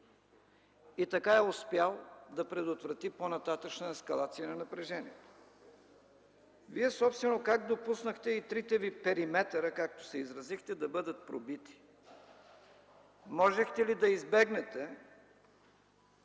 и така е успял да предотврати по-нататъшна ескалация на напрежението? Вие собствено как допуснахте и трите ви периметъра, както се изразихте, да бъдат пробити? Можехте ли да избегнете